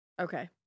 okay